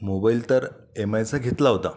mobile तर M आयचा घेतला होता